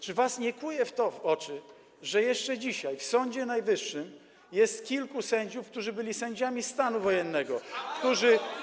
Czy was nie kłuje w oczy to, że jeszcze dzisiaj w Sądzie Najwyższym jest kilku sędziów, którzy byli sędziami stanu wojennego, którzy.